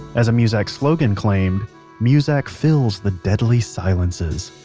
as a muzak slogan claimed muzak fills the deadly silences.